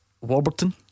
Warburton